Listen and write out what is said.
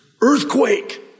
Earthquake